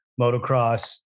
motocross